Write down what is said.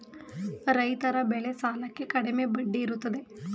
ರೈತರ ಬೆಳೆ ಸಾಲಕ್ಕೆ ಕಡಿಮೆ ಬಡ್ಡಿ ಇರುತ್ತದೆ